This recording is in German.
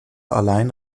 allein